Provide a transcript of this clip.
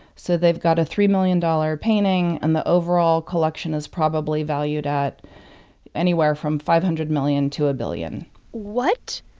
so they've got a three million dollars painting. and the overall collection is probably valued at anywhere from five hundred million to a billion what?